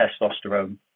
testosterone